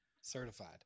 Certified